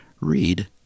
Read